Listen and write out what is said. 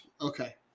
Okay